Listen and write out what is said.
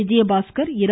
Vijayabaskar Ira